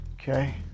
okay